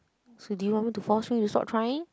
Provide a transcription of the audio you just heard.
so do you want me to force you to stop trying